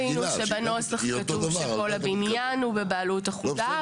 לא ראינו שבנוסח כתוב שכל הבניין הוא בבעלות אחודה,